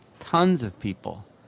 tons of people!